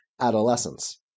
adolescence